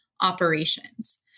operations